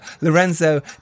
Lorenzo